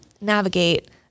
navigate